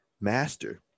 Master